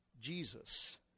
Jesus